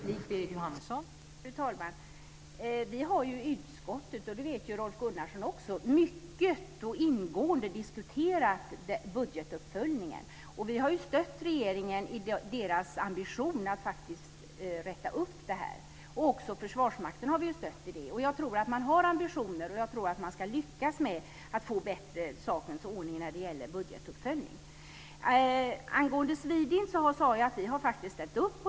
Fru talman! Vi har ju i utskottet, det vet Rolf Gunnarsson också, mycket och ingående diskuterat budgetuppföljningen. Vi har stött regeringen i deras ambition att faktiskt rätta till det här. Också Försvarsmakten har vi stött i det avseendet. Jag tror att man har ambitioner och att man kommer att lyckas med att få en bättre sakernas ordning när det gäller budgetuppföljning. Angående Swedint sade jag att vi faktiskt har ställt upp.